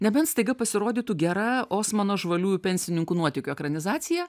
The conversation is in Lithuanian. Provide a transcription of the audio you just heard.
nebent staiga pasirodytų gera osmano žvaliųjų pensininkų nuotykių ekranizacija